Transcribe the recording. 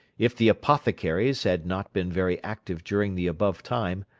if the apothecaries had not been very active during the above time,